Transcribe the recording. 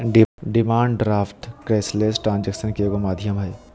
demand draft cashless transaction के एगो माध्यम हइ